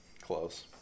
close